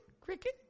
cricket